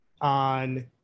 on